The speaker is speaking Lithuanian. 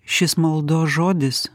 šis maldos žodis